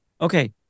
Okay